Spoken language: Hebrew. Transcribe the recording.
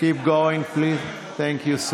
ומובילה למחסור